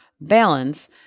balance